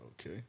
Okay